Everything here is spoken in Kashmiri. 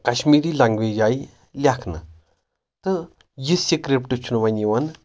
کشمیٖری لنٛگویج آیہِ لیکھنہٕ تہٕ یہِ سِکرِپٹ چھُنہٕ وۄنۍ یِوان